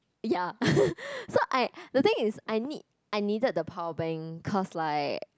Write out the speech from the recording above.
ya so I the thing is I need I needed the power bank because like